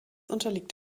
unterliegt